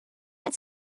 had